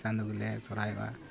ᱪᱟᱸᱫᱚ ᱜᱮᱞᱮ ᱥᱚᱦᱚᱨᱟᱭᱚᱜᱼᱟ